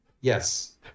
yes